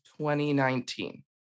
2019